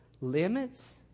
limits